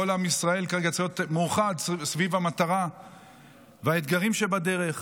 כל עם ישראל כרגע צריך להיות מאוחד סביב המטרה והאתגרים שבדרך.